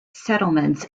settlements